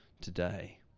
today